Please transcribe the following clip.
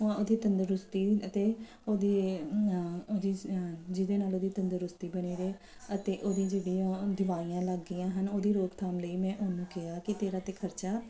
ਉਹਦੀ ਤੰਦਰੁਸਤੀ ਅਤੇ ਉਹਦੀ ਜਿਸ ਜਿਹਦੇ ਨਾਲ ਉਹਦੀ ਤੰਦਰੁਸਤੀ ਬਣੀ ਰਹੇ ਅਤੇ ਉਹਦੀ ਜਿਹੜੀਆਂ ਦਵਾਈਆਂ ਲੱਗ ਗਈਆਂ ਹਨ ਉਹਦੀ ਰੋਕਥਾਮ ਲਈ ਮੈਂ ਉਹਨੂੰ ਕਿਹਾ ਕਿ ਤੇਰਾ ਤਾਂ ਖਰਚਾ